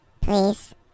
Please